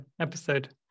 episode